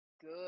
good